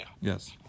Yes